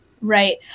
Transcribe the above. right